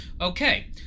Okay